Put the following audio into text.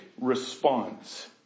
response